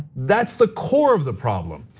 that's the core of the problem,